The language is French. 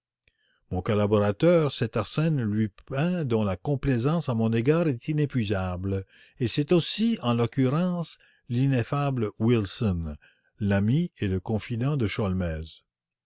mon collaborateur c'est arsène lupin dont la complaisance à mon égard est inépuisable et c'est aussi en l'occurrence l'ineffable watson l'ami et le confident de